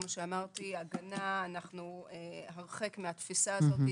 כמו שאמרתי, אנחנו הרחק מהתפיסה הזה.